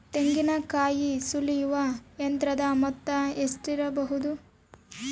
ತೆಂಗಿನಕಾಯಿ ಸುಲಿಯುವ ಯಂತ್ರದ ಮೊತ್ತ ಎಷ್ಟಿರಬಹುದು?